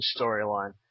storyline